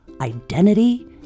identity